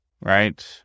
Right